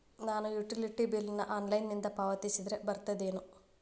ನಾನು utility bill ನ ಆನ್ಲೈನಿಂದ ಪಾವತಿಸಿದ್ರ ಬರ್ತದೇನು?